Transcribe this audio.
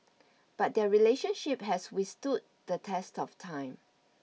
but their relationship has withstood the test of time